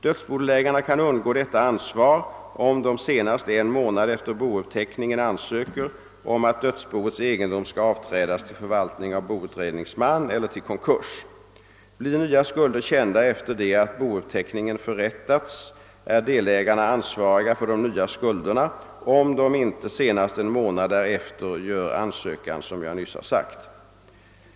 Dödsbodelägarna kan undgå detta ansvar, om de senast en månad efter bouppteckningen ansöker om att dödsboets egendom skall avträdas till förvaltning av boutredningsman eller till konkurs. Blir nya skulder kända efter det att bouppteckningen förrättats, är delägarna ansvariga för de nya skulderna, om de inte senast en månad därefter gör ansökan som jag nyss har sagt.